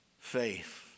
faith